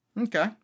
Okay